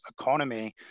economy